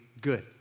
good